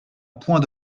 point